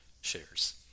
shares